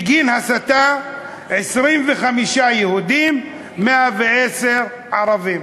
בגין הסתה, 25 יהודים, 110 ערבים.